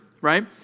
right